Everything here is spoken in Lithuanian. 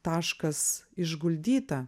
taškas išguldyta